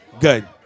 Good